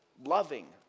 loving